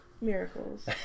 Miracles